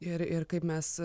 ir ir kaip mes